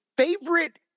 Favorite